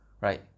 Right